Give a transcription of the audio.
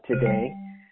today